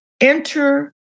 enter